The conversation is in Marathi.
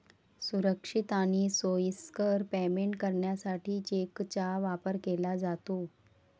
सुरक्षित आणि सोयीस्कर पेमेंट करण्यासाठी चेकचा वापर केला जातो